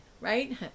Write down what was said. Right